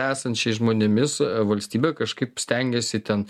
esančiais žmonėmis valstybė kažkaip stengiasi ten